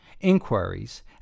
inquiries